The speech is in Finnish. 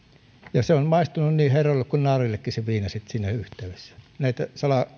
ja se viina on maistunut niin herroille kuin narreillekin sitten siinä yhteydessä näitä